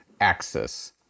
axis